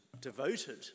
devoted